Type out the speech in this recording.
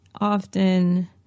Often